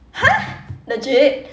!huh! legit